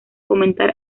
fomentar